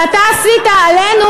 ואתה עשית עלינו,